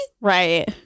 right